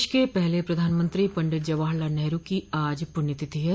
देश के पहले प्रधानमंत्री पंडित जवाहर लाल नेहरू की आज पुण्यतिथि है